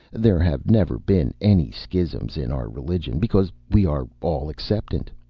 there have never been any schisms in our religion, because we are all-acceptant.